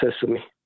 Sesame